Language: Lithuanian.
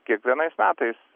kiekvienais metais